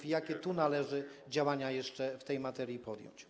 I jakie tu należy działania jeszcze w tej materii podjąć?